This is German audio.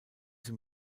sie